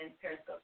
Periscope